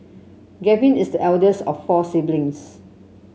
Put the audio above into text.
Gavin is the eldest of four siblings